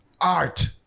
Art